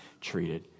treated